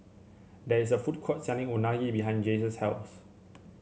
there is a food court selling Unagi behind Jace's house